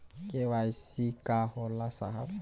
KYC का होला साहब?